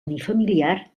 unifamiliar